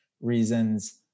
reasons